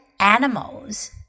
Animals